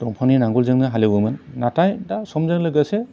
दंफांनि नांगोलजोंनो हालेवोमोन नाथाय दा समजों लोगोसे